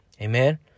Amen